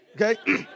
Okay